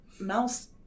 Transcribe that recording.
mouse